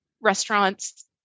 restaurants